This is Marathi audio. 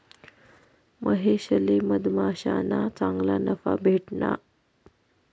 महेशले मधमाश्याना चांगला नफा भेटना